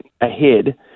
Ahead